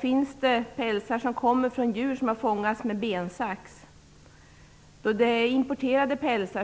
finns pälsar som kommer från djur som har fångats med bensax. Det är importerade pälsar.